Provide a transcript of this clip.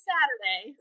Saturday